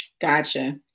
Gotcha